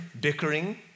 bickering